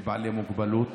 בבעלי מוגבלות,